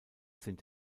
sind